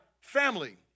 family